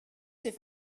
c’est